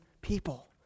people